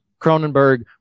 Cronenberg